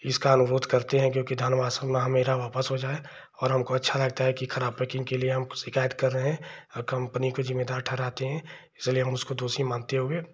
इसका अनुरोध करते हैं क्योंकि धन मेरा वापस हो जाए और हमको अच्छा लगता है कि खराब पैकिन्ग के लिए हम शिकायत कर रहे हैं और कम्पनी को ज़िम्मेदार ठहराते हैं इसीलिए हम इसको दोषी मानते हुए